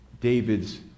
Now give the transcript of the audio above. David's